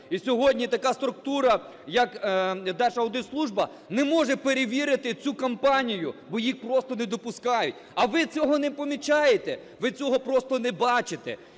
І сьогодні така структура, як Держаудитслужба, не може перевірити цю компанію, бо їх просто не допускають. А ви цього не помічаєте, ви цього просто не бачите.